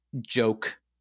joke